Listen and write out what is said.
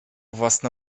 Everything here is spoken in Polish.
własne